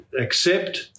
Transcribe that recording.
accept